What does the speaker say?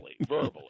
verbally